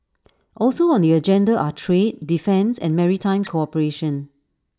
also on the agenda are trade defence and maritime cooperation